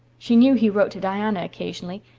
she knew he wrote to diana occasionally,